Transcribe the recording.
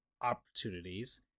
opportunities